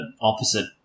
opposite